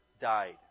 died